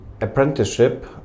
apprenticeship